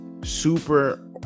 super